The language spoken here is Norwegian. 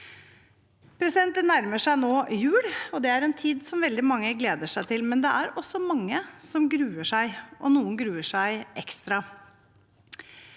Det nærmer seg jul. Det er en tid som veldig mange gleder seg til, men det er også mange som gruer seg, og noen gruer seg ekstra.